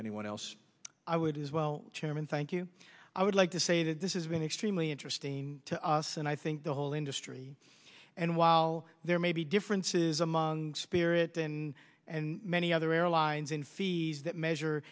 anyone else i would as well chairman thank you i would like to say that this is going to interesting to us and i think the whole industry and while there may be differences among spirit and and many other airlines in fees that measure